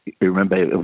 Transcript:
remember